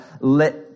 let